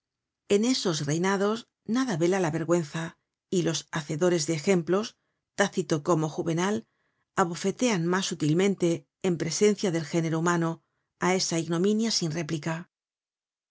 en esos reinados nada vela la vergüenza y los hacedores de ejemplos tácito como juvenal abofetean mas útilmente en presencia del género humano á esa ignominia sin réplica